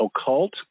occult